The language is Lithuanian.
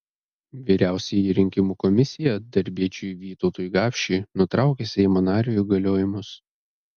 vyriausioji rinkimų komisija darbiečiui vytautui gapšiui nutraukė seimo nario įgaliojimus